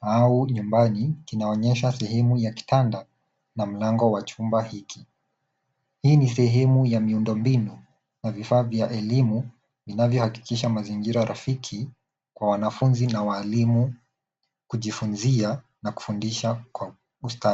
au nyumbani kinaonyesha sehemu ya kitanda na mlango wa chumba hiki. Hii ni sehemu ya miundombinu ya vifaa vya elimu vinavyohakikisha mazingira rafiki kwa wanafunzi na walimu kujifunzia na kufundisha kwa ustadi.